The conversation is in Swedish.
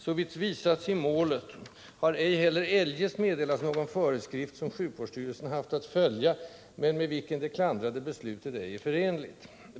Såvitt visats i målet har ej heller eljest meddelats någon föreskrift, som sjukvårdsstyrelsen haft att följa men med vilken det klandrade beslutet ej är förenligt.